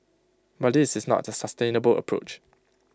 but this is not A sustainable approach